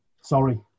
sorry